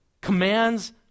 commands